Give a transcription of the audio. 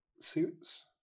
suits